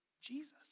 Jesus